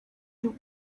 too